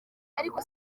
ariko